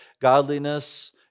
godliness